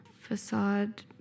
facade